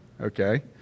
Okay